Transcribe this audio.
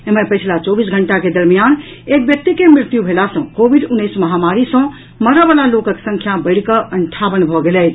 एम्हर पछिला चौबीस घंटा के दरमियान एक व्यक्ति के मृत्यु भेला सँ कोविड उन्नैस महामारी सँ मरयवला लोकक संख्या बढ़िकऽ अंठावन भऽ गेल अछि